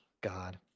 God